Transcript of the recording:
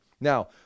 Now